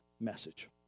message